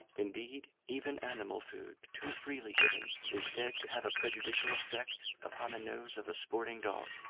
indeed, even animal food too freely given is said to have a prejudicial effect upon the nose of a sporting dog.